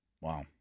Wow